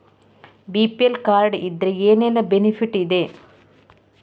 BPL card ಇದ್ರೆ ಏನೆಲ್ಲ benefit ಇದೆ?